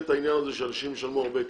את העניין הזה שאנשים ישלמו הרבה כסף.